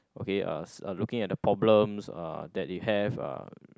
okay uh looking at the problems uh that you have uh